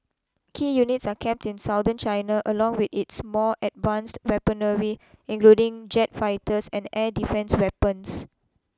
key units are kept in Southern China along with its more advanced weaponry including jet fighters and air defence weapons